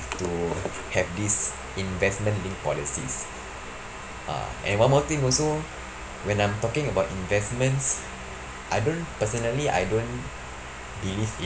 to have this investment linked policies uh and one more thing also when I'm talking about investments I don't personally I don't believe in